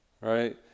right